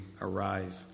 arrive